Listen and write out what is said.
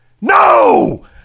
No